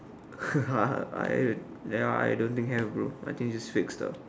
I I I don't think have bro I think it's just six ah